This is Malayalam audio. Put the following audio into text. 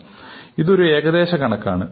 ഇത് ഇത് ഒരു ഏകദേശ കണക്കാണ്